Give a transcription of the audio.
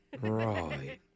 Right